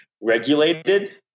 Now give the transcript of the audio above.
regulated